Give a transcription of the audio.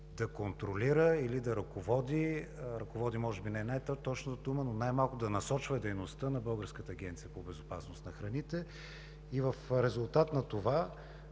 да контролира или да ръководи – „ръководи“ може би не е най-точната дума, но най-малкото да насочва дейността на Българската агенция по безопасност на храните, и в резултат на това